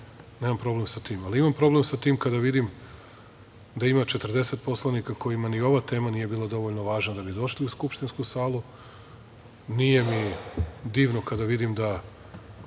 nemam problem sa tim. Ali imam problem sa tim kada vidim da ima 40 poslanika kojima ni ova tema nije bila dovoljno važna da bi došli u Skupštinsku salu, nije mi divno kada vidim da